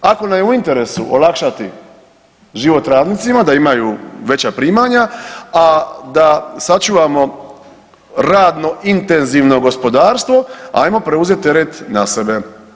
Ako nam je u interesu olakšati život radnicima da imaju veća primanja, a da sačuvamo radno intenzivno gospodarstvo ajmo preuzeti teret na sebe.